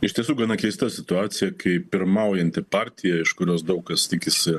iš tiesų gana keista situacija kaip pirmaujanti partija iš kurios daug kas tikisi